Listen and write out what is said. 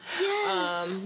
Yes